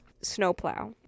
snowplow